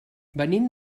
venim